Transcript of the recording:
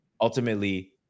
ultimately